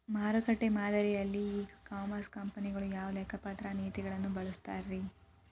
ಮಾರುಕಟ್ಟೆ ಮಾದರಿಯಲ್ಲಿ e commerce ಕಂಪನಿಗಳು ಯಾವ ಲೆಕ್ಕಪತ್ರ ನೇತಿಗಳನ್ನ ಬಳಸುತ್ತಾರಿ?